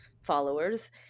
followers